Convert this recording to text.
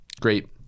Great